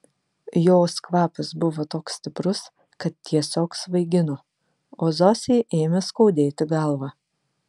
jos kvapas buvo toks stiprus kad tiesiog svaigino o zosei ėmė skaudėti galvą